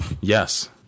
yes